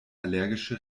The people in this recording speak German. allergische